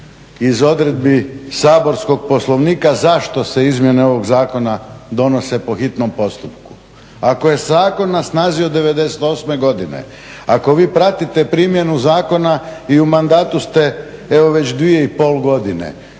iz odredbi saborskog poslovnika zašto se izmjene ovog zakona donose po hitnom postupku? Ako je zakon na snazi od '98.godine, ako vi pratite primjenu zakona i u mandatu ste evo već 2,5 godine,